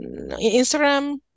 Instagram